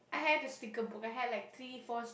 I have a sticker book I had like three four